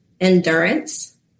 endurance